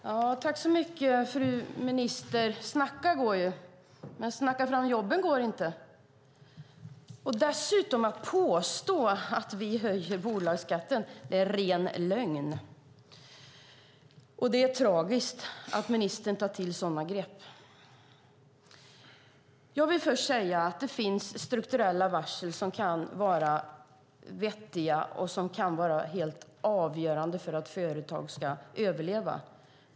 Fru talman! Tack så mycket, fru minister! Snacka går ju, men att snacka fram jobben går inte. Ministern påstår dessutom att vi höjer bolagsskatten, men det är ren lögn. Det är tragiskt att ministern tar till sådana grepp. Jag vill först säga att det finns strukturella varsel som kan vara vettiga och som kan vara helt avgörande för att företag ska överleva.